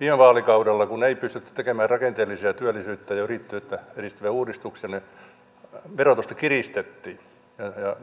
viime vaalikaudella kun ei pystytty tekemään rakenteellisia työllisyyttä ja yrittäjyyttä edistäviä uudistuksia verotusta kiristettiin